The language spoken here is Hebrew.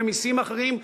במסים אחרים,